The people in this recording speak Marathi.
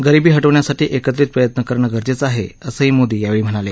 गरीबी हटवण्यासाठी एकत्रित प्रयत्न करणं गरजेचं आहे असंही मोदी यावेळी म्हणाले